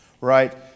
right